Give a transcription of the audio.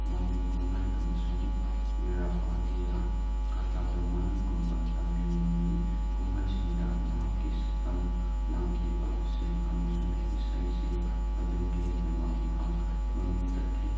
ꯃꯃꯤ ꯀꯨꯝꯍꯩ ꯑꯃꯁꯨꯡ ꯕꯤꯔꯥꯄꯥꯟꯗꯤꯌꯥ ꯀꯇꯥꯕꯨꯃꯟꯒꯨꯝꯕ ꯇꯥꯃꯤꯜ ꯃꯃꯤ ꯀꯨꯝꯍꯩꯁꯤꯡꯗ ꯃꯍꯥꯛꯀꯤ ꯁꯛꯇꯝ ꯂꯥꯡꯈꯤꯕꯁꯤꯡ ꯑꯃꯁꯨꯡ ꯏꯁꯩꯁꯤꯡ ꯑꯗꯨꯒꯤꯗꯃꯛ ꯃꯍꯥꯛ ꯃꯃꯤꯡ ꯆꯠꯈꯤ